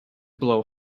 blow